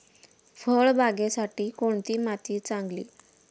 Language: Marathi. फळबागेसाठी कोणती माती चांगली?